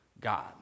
God